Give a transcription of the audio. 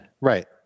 right